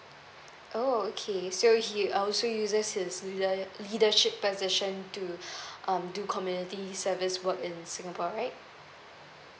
oh okay so he um so also uses his leader~ leadership position to um do community service work in singapore right